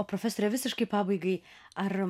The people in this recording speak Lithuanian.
o profesore visiškai pabaigai ar